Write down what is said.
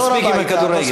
מספיק עם הכדורגל.